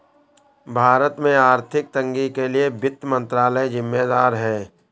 भारत में आर्थिक तंगी के लिए वित्त मंत्रालय ज़िम्मेदार है